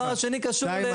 שתיים,